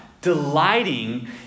delighting